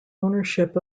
ownership